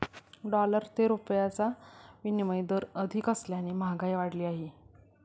dollar ते रुपयाचा विनिमय दर अधिक असल्याने महागाई वाढली आहे